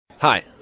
Hi